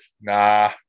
Nah